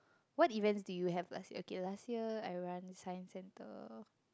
what events did you have last year okay last year I run science-centre